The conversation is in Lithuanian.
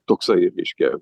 toksai reiškia